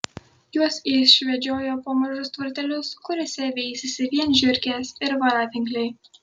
juos išvedžiojo po mažus tvartelius kuriuose veisėsi vien žiurkės ir voratinkliai